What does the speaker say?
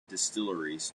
distilleries